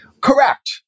Correct